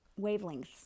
wavelengths